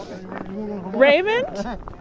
Raymond